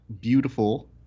beautiful